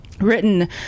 written